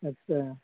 আচ্ছা